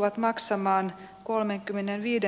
andra nordiska länder